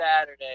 Saturday